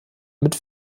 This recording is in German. mit